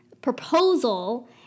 proposal